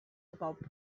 about